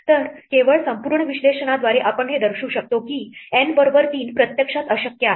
तर केवळ संपूर्ण विश्लेषणाद्वारे आपण हे दर्शवू शकतो की n बरोबर तीन प्रत्यक्षात अशक्य आहे